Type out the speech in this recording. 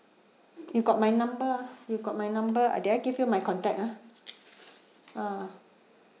you got my number you got my number ah did I give you my contact ah ah